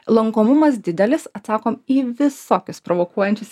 lankomumas didelis atsakom į visokius provokuojančius